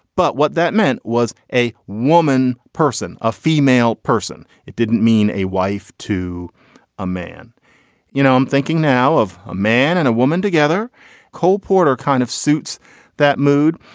but what that meant was a woman person a female person. it didn't mean a wife to a man you know i'm thinking now of a man and a woman together cole porter kind of suits that mood.